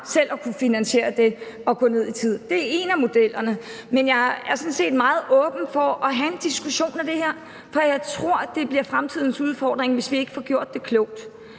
selv at kunne finansiere det at gå ned i tid. Det er en af modellerne, men jeg er sådan set meget åben over for at have en diskussion af det her, for jeg tror, at det bliver fremtidens udfordring, hvis vi ikke får gjort det klogt,